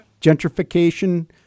Gentrification